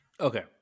Okay